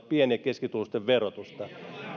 pieni ja keskituloisten verotusta